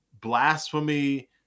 blasphemy